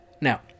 Now